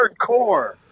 hardcore